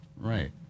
right